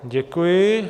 Děkuji.